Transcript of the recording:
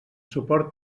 suport